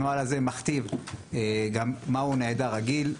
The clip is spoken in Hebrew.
הנוהל הזה מכתיב גם מה הוא נעדר רגיל,